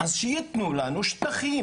אז שייתנו לנו שטחים,